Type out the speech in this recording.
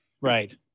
right